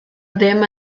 ddim